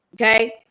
okay